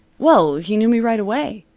well, he knew me right away.